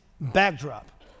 backdrop